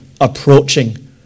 approaching